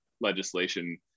legislation